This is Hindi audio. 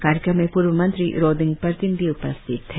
कार्यक्रम में पूर्व मंत्री रोडिंग पार्टिन भी उपस्थित थे